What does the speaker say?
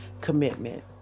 commitment